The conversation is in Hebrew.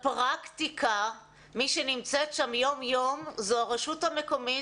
שבפרקטיקה מי שנמצאת שם יום יום זו הרשות המקומית,